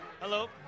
Hello